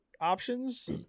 options